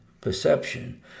perception